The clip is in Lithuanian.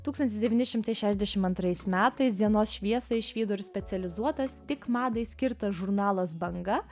tūkstantis devyni šimtai šešiasdešimt antrais metais dienos šviesą išvydo ir specializuotas tik madai skirtas žurnalas banga